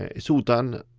it's all done.